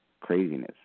craziness